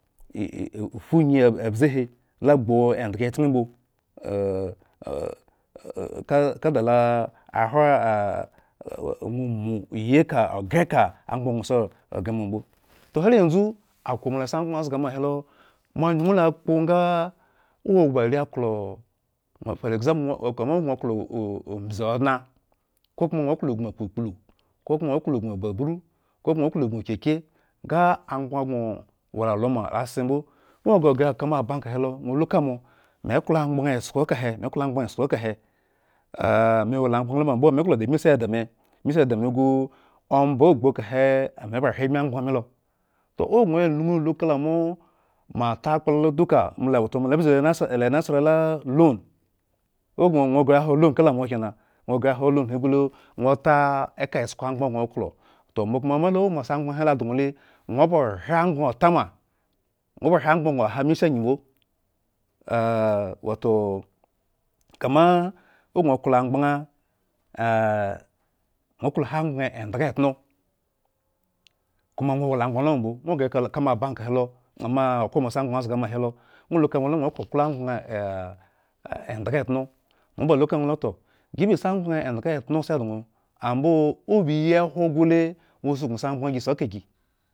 funyi a abze he, la gbu endhga echken mbo a ka kada la nwo mo yi ka oghere ka amgbnaŋ. gŋo si oghre ma mbo. toh hare yanzu okoh. mo asiamgbaŋ zga ma helo, mo any̱uŋ lo akpo nga, owo ba are aklo for examlple kama owo gŋo klo ombbzi odŋa. kokoma nwo klo gboŋ akpukplu, kokoma nwo klo gbon babru, kokoma nwo klo gboŋ babru, kokoma nwo klo gboŋ ekekye, nga amgbaŋ gŋo wo lalo ma lo atse mbo, gŋo ghreya oka mo ob anke he lo nwo lukamo, meklo amgbaŋ esko kahe, me klo amgbaŋ esko ekahe, ah me wola amgban loma mbo, meklo da bmisida me bmi si damagu, omba oggbu ekahe, ame ba ahre bmi amgbaŋ milo, toh. ogŋo yi ŋyuŋ lu kala mo. mo atakpla loduka lo wato mo la abzu lo la nasla. nasla la loan ogŋ ghre yaha loan he gu lo, ŋwo ta eka esko ambgban he gu lo, ŋwo ta eko amgbaŋgŋ klo. Toh mo koma molo o mo si amgban he lo dŋo le ŋwo ba ohre amgban otama, ŋwo. ba ohre amgban gŋo klo angyi mbo, wato kama ogŋo klo amgbaŋ ŋwo klo ha amgban endhgactŋ, koma nwo wola amgban loma mbo ŋwo. ghrenkala mo abanke helo moa okhro moasis amgbaŋ zga ma helo ŋwo likama mola ŋwo klo oklo amgbaŋ endhga etno, mo balu ka ŋwo, gi ba si amgbaŋ endhga etno esi dŋo ambo oba eyi hwo gule ŋwo suknu suknu sai amgban gi si oka gi